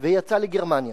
ויצא לגרמניה.